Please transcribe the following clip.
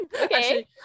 okay